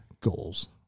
goals